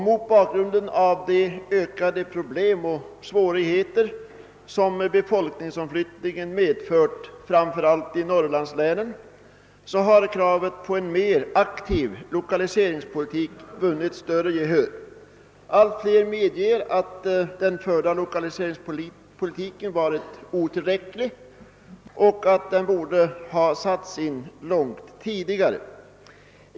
Mot bakgrunden av de ökade problem och svårigheter som befolkningsomflyttningen har medfört, framför allt för Norrlandslänen, har kravet på en mer aktiv lokaliseringspolitik vunnit större gehör. Allt fler medger nu att den förda lokaliseringspolitiken har varit otillräcklig och att åtgärderna borde ha satts in långt tidigare.